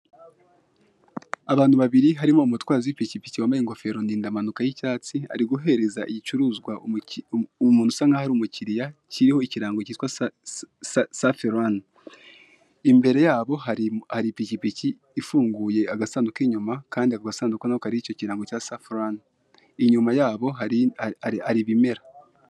Abantu babiri harimo umutwazi w'ipikipiki wambaye ingofero ndinda mpanuka y'icyatsi, ariguhereza igicuruzwa umuntu usa nkaho arumukiriya cyiriho ikirango cyitwa safi rani imbere yabo hari ipikipiki ifunguye agasanduku inyuma kandi nako kariho ikimenyetso cya safirani inyuma yabo hari ibimera.